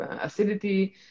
acidity